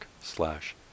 slash